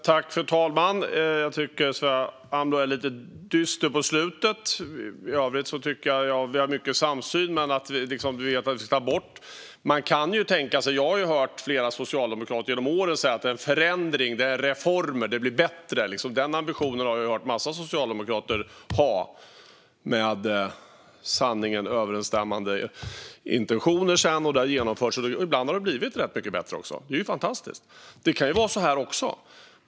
Herr talman! Jag tycker att Sofia Amloh är lite dyster på slutet. I övrigt tycker jag att vi har mycket samsyn, men vi vet vad vi ska ta bort. Jag har hört flera socialdemokrater genom åren säga att det blir bättre med en förändring och med reformer. Den ambitionen har jag hört en massa socialdemokrater ha, och det är med sanningen överensstämmande. Det har funnits intentioner, och saker har genomförts. Och ibland har det också blivit rätt mycket bättre. Det är ju fantastiskt! Det kan vara så också.